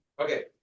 Okay